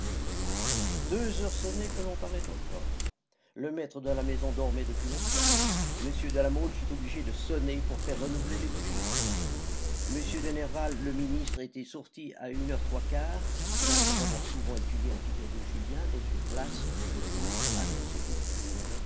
deux heures sonnaient que l'on parlait encore le maître de la maison dormait depuis longtemps m de la mole fut obligé de sonner pour faire renouveler les bougies m de nerval le ministre était sorti à une heure trois quarts non sans avoir souvent étudié la figure de julien dans une glace que le ministre avait à